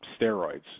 steroids